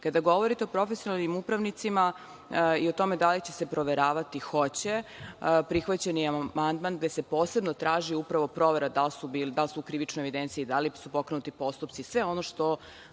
govorite o profesionalnim upravnicima, i o tome da li će se proveravati, hoće. Prihvaćen je amandman gde se posebno traži upravo provera da li su u krivičnoj evidenciji, da li su pokrenuti postupci, sve ono što